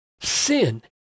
sin